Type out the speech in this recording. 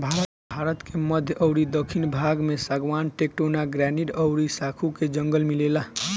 भारत के मध्य अउरी दखिन भाग में सागवान, टेक्टोना, ग्रैनीड अउरी साखू के जंगल मिलेला